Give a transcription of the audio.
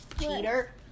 cheater